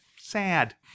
sad